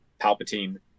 palpatine